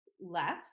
left